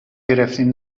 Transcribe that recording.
گرفتیم